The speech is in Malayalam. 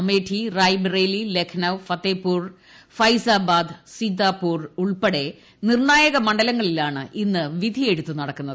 അമേഠി റായ്ബറേലി ലക്നൌ ഫത്തേപൂർ ഫൈസാബാദ് സിതാപൂർ ഉൾപ്പെടെ നിർണായക മണ്ഡലങ്ങളിലാണ് എന്ന് വിധിയെഴുത്ത് നടക്കുന്നത്